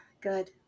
Good